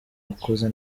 wakoze